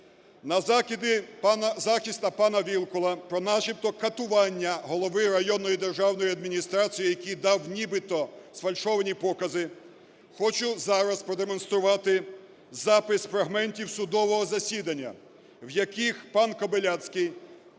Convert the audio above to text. На закиди пана… захисту пана Вілкула про начебто катування голови районної державної адміністрації, який дав нібито сфальшовані покази, хочу зараз продемонструвати запис фрагментів судового засідання, в яких пан Кобиляцький